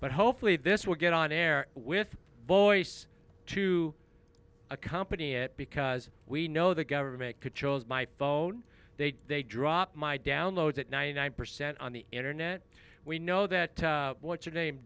but hopefully this will get on air with voice to accompany it because we know the government could chose my phone they they drop my download that ninety nine percent on the internet we know that what's your name